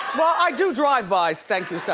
well, i do drive-bys, thank you sir.